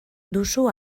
duzu